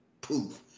poof